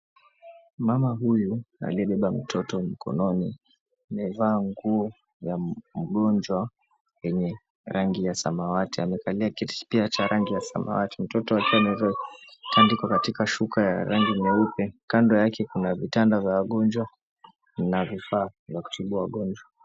Mama huyu aliyebeba mtoto mikononi amevaa nguo ya mgonjwa yenye rangi ya samawati, amekalia kiti pia cha rangi ya samawati mtoto akiwa ametandikiwa katika shuka ya rangi nyeupe, kando yake kuna vitanda vya wagonjwa na vifaa vya kutibu wagonjwa.